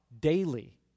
daily